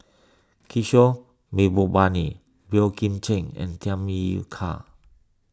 Kishore Mahbubani Boey Kim Cheng and Tham Yui Kai